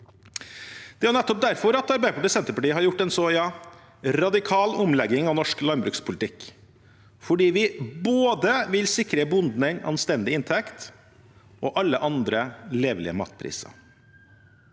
nettopp derfor Arbeiderpartiet og Senterpartiet har gjort en så radikal omlegging av norsk landbrukspolitikk, fordi vi både vil sikre bonden en anstendig inntekt og alle andre levelige matpriser.